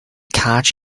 catch